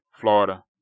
Florida